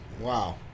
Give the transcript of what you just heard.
Wow